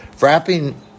Wrapping